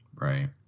Right